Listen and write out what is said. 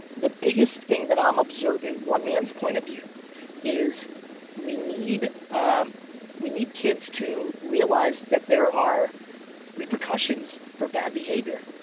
the biggest thing that i'm observing one man's point of view is we need um we need kids to realize that there are repercussions for bad behavior.